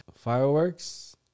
Fireworks